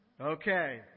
Okay